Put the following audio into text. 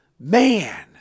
man